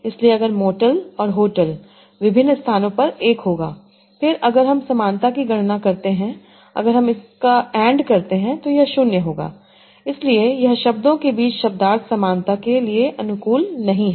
इसलिए अगर मोटल और होटल विभिन्न स्थानों पर एक होगा और अगर हम समानता की गणना करते हैं अगर हम इसका AND करते हैं तो यह 0 होगा इसलिए यह शब्दों के बीच शब्दार्थ समानता के लिए अनुकूल नहीं है